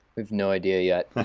we have no idea yet.